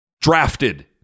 drafted